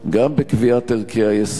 גם בקביעת ערכי היסוד,